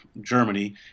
Germany